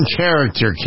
character